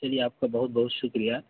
چلیے آپ کا بہت بہت شکریہ